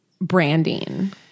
branding